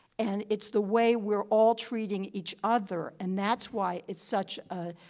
and it's the way we're all treating each other and that's why it's such a,